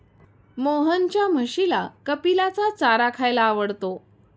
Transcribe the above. मोहनच्या म्हशीला कपिलाचा चारा खायला आवडतो